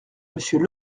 monsieur